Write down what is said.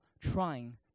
trying